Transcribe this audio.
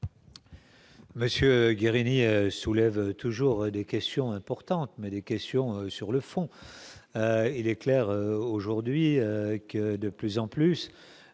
Monsieur Guérini soulève toujours des questions importantes, mais des questions sur le fond, il est clair aujourd'hui que de plus en plus